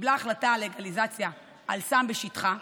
שקיבל החלטה על לגליזציה של סם בשטחה,